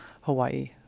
Hawaii